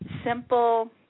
simple